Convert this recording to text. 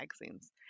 magazines